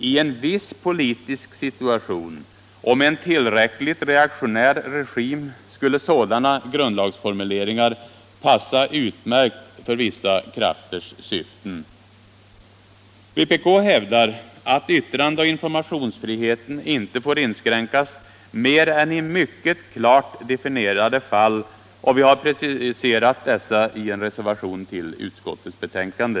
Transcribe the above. I en viss politisk situation och med en tillräckligt reaktionär regim skulle sådana grundlagsformuleringar passa utmärkt för vissa krafters syften. Vpk hävdar att yttrandeoch informationsfriheten inte får inskränkas annat än i mycket klart definierade fall, och vi har preciserat dessa i en reservation till utskottets betänkande.